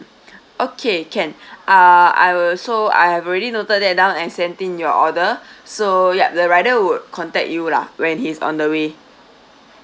okay can uh I will so I have already noted that down and send in your order so yup the rider will contact you lah when he's on the way